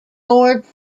board